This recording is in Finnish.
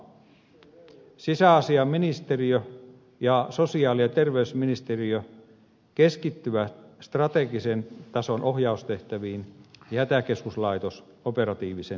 sisäasiainministeriö ja sosiaali ja terveysministeriö keskittyvät strategisen tason ohjaustehtäviin ja hätäkeskuslaitos operatiiviseen toimintaan